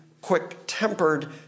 quick-tempered